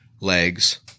legs